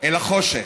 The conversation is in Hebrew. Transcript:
אל החושך.